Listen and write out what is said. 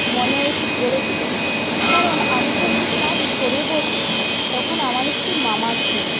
মনে গড়ে তুলে কারণ আমি যখন ক্লাস ফোরে পড়ি তখন আমার একটি মামা ছিল